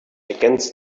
against